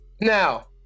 Now –